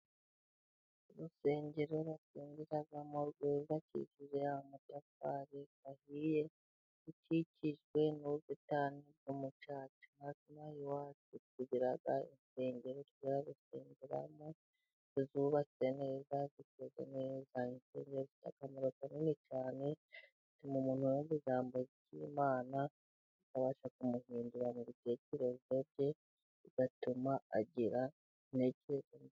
Urusengero basengeramo rwubakishije amatafari ahiye rukikijwe n'ubusitani bw'umucaca, natwe ino aha iwacu tugira insengero tujya gusengeramo zubatswe neza ,zikoze neza. Insengero zifite akamaro kanini cyane bituma umuntu yumva ijambo ry'Imana, rikabasha kumuhindura mu bitekerezo bye bigatuma agira intekerezo...